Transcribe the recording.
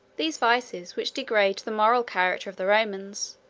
these vices, which degrade the moral character of the romans,